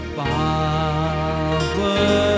power